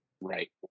Right